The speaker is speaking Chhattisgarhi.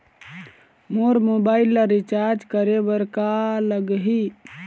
मोर मोबाइल ला रिचार्ज करे बर का लगही?